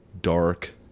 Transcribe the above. dark